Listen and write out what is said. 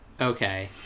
okay